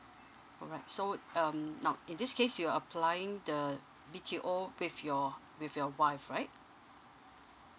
alright so um now in this case you are applying the B_T_O with your with your wife right